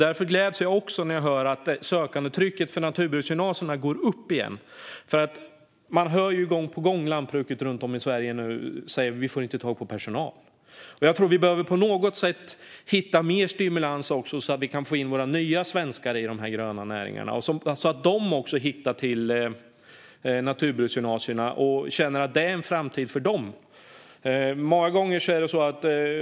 Därför gläds jag också när jag hör att söktrycket till naturbruksgymnasierna går upp igen. Man hör ju gång på gång från lantbrukarna i Sverige att de inte får tag på personal. Vi behöver också hitta sätt att stimulera våra nya svenskar att gå in i de gröna näringarna, så att de också hittar till naturbruksgymnasierna och kan känna att det där kan finnas en framtid för dem.